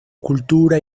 cultura